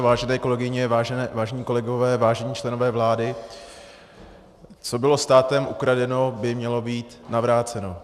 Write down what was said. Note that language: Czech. Vážené kolegyně, vážení kolegové, vážení členové vlády, co bylo státem ukradeno, by mělo být navráceno.